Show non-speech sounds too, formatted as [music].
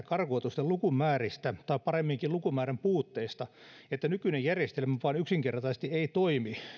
[unintelligible] karkotusten lukumääristä tai paremminkin lukumäärän puutteesta että nykyinen järjestelmä vain yksinkertaisesti ei toimi